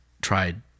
tried